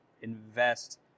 invest